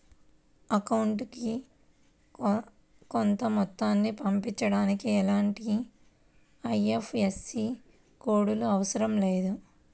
అకౌంటుకి కొంత మొత్తాన్ని పంపించడానికి ఎలాంటి ఐఎఫ్ఎస్సి కోడ్ లు అవసరం లేదు